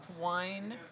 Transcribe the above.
wine